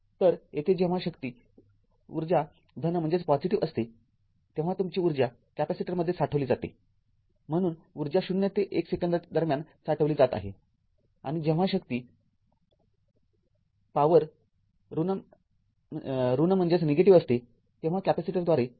तर येथे जेव्हा शक्ती ऊर्जा धन असते तेव्हा तुमची ऊर्जा कॅपेसिटरमध्ये साठवली जाते म्हणून ऊर्जा ० ते १ सेकंदाच्या दरम्यान साठवली जात आहे आणि जेव्हा शक्ती ऋण असते तेव्हा कॅपेसिटरद्वारे ऊर्जा वितरीत केली जाते